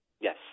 Yes